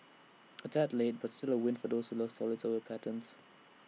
A tad late but still A win for those who love solids over patterns